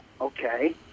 okay